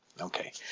Okay